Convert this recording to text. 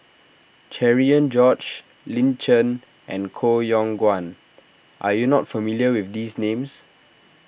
Cherian George Lin Chen and Koh Yong Guan are you not familiar with these names